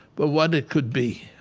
but what it could be.